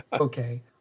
okay